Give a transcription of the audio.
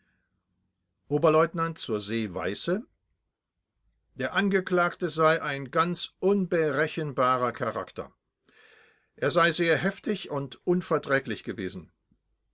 oberleutnant z s weisse der angeklagte sei ein ganz unberechenbarer charakter er sei sehr heftig und unverträglich gewesen